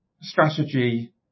strategy